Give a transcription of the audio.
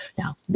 Now